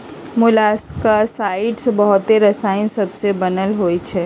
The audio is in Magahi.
मोलॉक्साइड्स बहुते रसायन सबसे बनल होइ छइ